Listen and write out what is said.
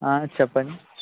చెప్పండి